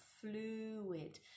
fluid